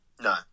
No